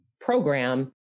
program